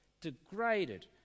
degraded